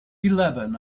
eleven